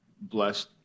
blessed